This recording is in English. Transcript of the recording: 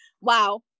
Wow